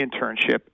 internship